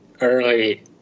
early